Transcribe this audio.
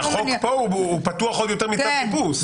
החוק פה הוא פתוח עוד יותר מצו חיפוש.